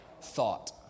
Thought